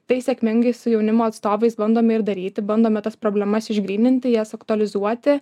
tai sėkmingai su jaunimo atstovais bandome ir daryti bandome tas problemas išgryninti jas aktualizuoti